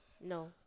No